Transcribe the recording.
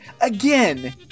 again